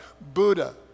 Buddha